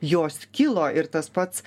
jos kilo ir tas pats